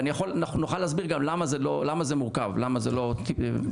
ואני יכול להסביר גם למה זה מורכב ולא פשוט.